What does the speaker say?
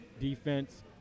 defense